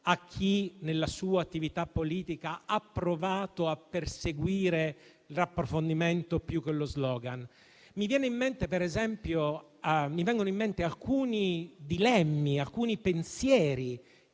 a chi nella sua attività politica ha provato a perseguire l'approfondimento più che lo *slogan*. Mi vengono in mente, ad esempio, alcuni dilemmi